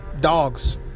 dogs